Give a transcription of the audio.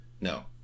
No